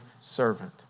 servant